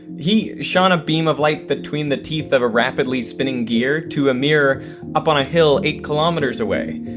he shone a beam of light between the teeth of a rapidly spinning gear to a mirror up on a hill eight kilometers away.